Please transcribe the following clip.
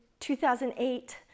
2008